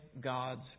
God's